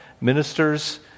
ministers